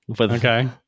okay